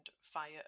fire